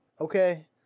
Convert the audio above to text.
Okay